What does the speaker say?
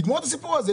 תגמור את הסיפור הזה.